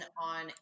on